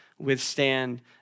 withstand